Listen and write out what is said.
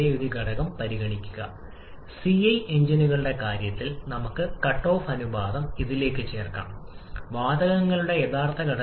അപൂർണ്ണമായ ജ്വലനം എന്നതിനർത്ഥം നിങ്ങൾക്ക് ഇതിനകം CO പോലുള്ള പദങ്ങളുള്ള ജ്വലന ഉൽപ്പന്നമാണ് ഒപ്പം O2 നിലവിലുണ്ട്